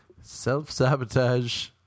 Self-sabotage